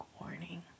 warning